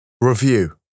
Review